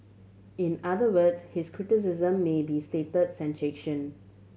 in other words his criticism may be state sanction